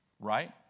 right